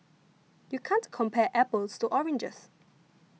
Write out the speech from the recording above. you can't compare apples to oranges